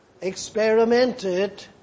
experimented